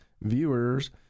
viewers